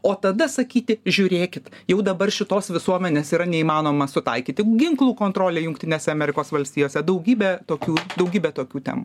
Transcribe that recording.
o tada sakyti žiūrėkit jau dabar šitos visuomenės yra neįmanoma sutaikyti ginklų kontrolė jungtinėse amerikos valstijose daugybė tokių daugybė tokių temų